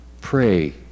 Pray